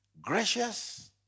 gracious